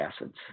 acids